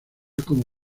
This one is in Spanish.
como